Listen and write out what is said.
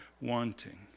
wanting